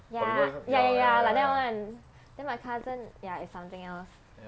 ya ya ya ya like that [one] then my cousin ya is something else